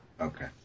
Okay